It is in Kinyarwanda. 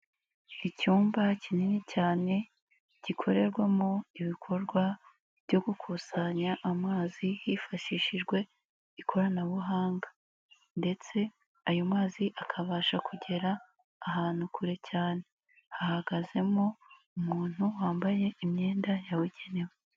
Icyumba kinini cyane gikorerwamo ibikorwa byo gukusanya amazi, hifashishijwe ikoranabuhanga ndetse ayo mazi akabasha kugera ahantu kure cyane, hahagazemo umuntu wambaye imyenda yabugenewe.